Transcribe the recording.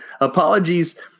Apologies